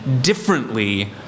differently